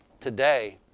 today